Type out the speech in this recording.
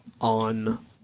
on